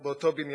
באותו בניין.